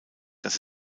dass